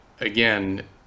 again